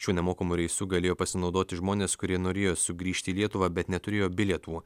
šiuo nemokamu reisu galėjo pasinaudoti žmonės kurie norėjo sugrįžti į lietuvą bet neturėjo bilietų